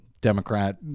Democrat